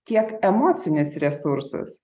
tiek emocinius resursus